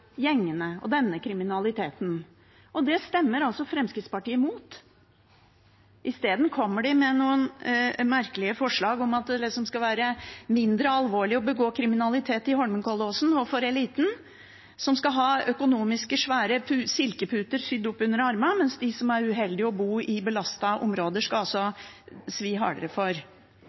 gjengene og denne kriminaliteten – og det stemmer Fremskrittspartiet imot. De kommer i stedet med noen merkelige forslag om at det skal være mindre alvorlig å begå kriminalitet i Holmenkollåsen og for eliten, som skal ha svære økonomiske silkeputer sydd under armene, mens de som er uheldige og bor i belastede områder, skal det svi hardere for